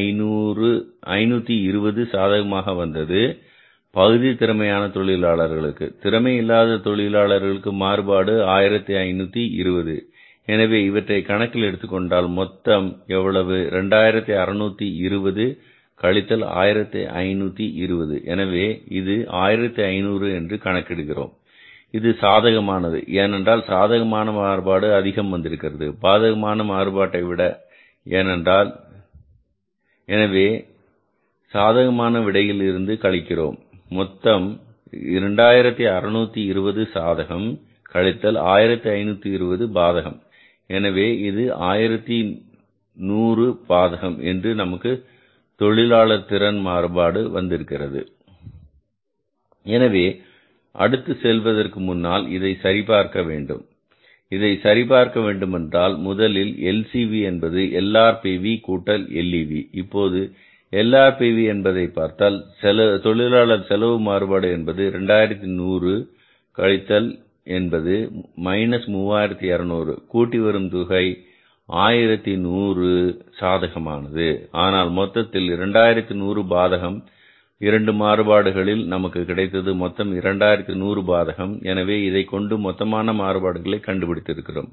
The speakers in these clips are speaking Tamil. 2520 சாதகமாக வந்தது பகுதி திறமை தொழிலாளர்களுக்கு திறமை இல்லாத தொழிலாளர்களுக்கு மாறுபாடு 1520 எனவே இவற்றை கணக்கில் எடுத்துக் கொண்டால் மொத்தம் எவ்வளவு 2620 கழித்தல் 1520 எனவே இது 1500 என்று கணக்கிடுகிறோம் இது சாதகமானது ஏனென்றால் சாதகமான மாறுபாடு அதிகம் வந்திருக்கிறது பாதகமான மாறுபாட்டை விட எனவே பாலத்தை சாதகமான விடையில் இருந்து கழிக்கிறோம் மொத்தம் 2620 சாதகம் கழித்தல் 1520 எனவே இது 1100 பாதகம் என்று நமக்கு தொழிலாளர் திறன் மாறுபாடு வந்திருக்கிறது எனவே அடுத்து செல்வதற்கு முன்னால் இதை சரி பார்க்க வேண்டும் இதை சரி பார்க்க வேண்டுமென்றால் முதலில் LCV என்பது LRPV கூட்டல் LEV இப்போது LRPV என்பதை பார்த்தால் தொழிலாளர் செலவு மாறுபாடு என்பது 2100 கழித்தல் என்பது 3200 கூட்டி வரும் தொகை 1100 சாதகமானது ஆனால் மொத்தத்தில் 2100 பாதகம் இரண்டு மாறுபாடுகள் இல் நமக்கு கிடைத்தது மொத்தம் 2100 பாதகம் எனவே இதைக் கொண்டு மொத்தமாக மாறுபாடுகளை கண்டுபிடித்து இருக்கிறோம்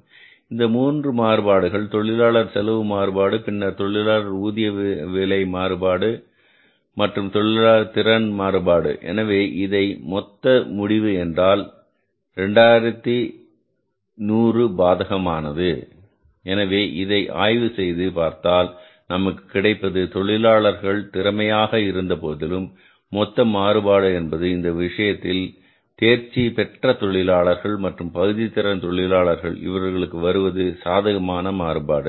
இந்த மூன்று மாறுபாடுகள் தொழிலாளர் செலவு மாறுபாடு பின்னர் தொழிலாளர் ஊதிய விதை மாறுபாடு மற்றும் தொழிலாளர் திறன் மாறுபாடு எனவே இதன் மொத்த முடிவு என்றால் 2500 2500 பாதகமானது எனவே இதை ஆய்வுசெய்து பார்த்தால் நமக்கு கிடைப்பது தொழிலாளர்கள் திறமையாக இருந்தபோதிலும் மொத்த மாறுபாடு என்பது இந்த விஷயத்தில் தேர்ச்சி பெற்ற தொழிலாளர்கள் மற்றும் பகுதி திறன் தொழிலாளர்கள் இவர்களுக்கு வருவது சாதகமான மாறுபாடு